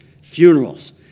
funerals